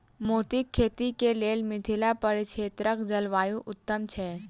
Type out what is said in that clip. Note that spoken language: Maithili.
मोतीक खेती केँ लेल मिथिला परिक्षेत्रक जलवायु उत्तम छै?